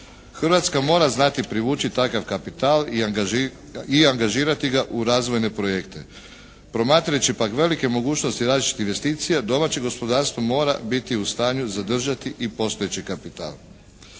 Hrvatska mora znati privući takav kapital i angažirati ga u razvojne projekte. Promatrajući pak velike mogućnosti različitih investicija domaće gospodarstvo mora biti u stanju zadržati i postojeći kapital.